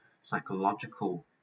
psychological